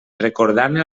recordant